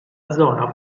zona